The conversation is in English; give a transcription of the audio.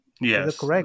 Yes